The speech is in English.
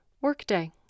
Workday